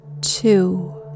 two